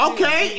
Okay